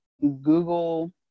Google